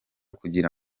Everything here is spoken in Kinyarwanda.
kugira